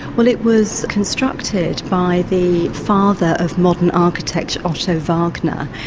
well it was constructed by the father of modern architecture otto wagner,